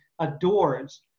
adores